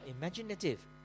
imaginative